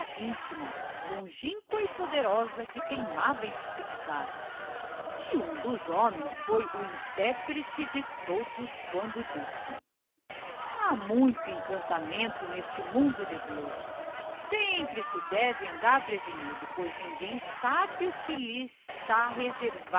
intima longinqua e poderosa que teimava em se fixar e um dos homens foi o interprete de todos quando disse ha muito encantamento neste mundo de deus sempre se deve andar prevenido pois ninguém sabe o que lhe